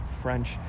French